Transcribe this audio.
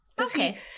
Okay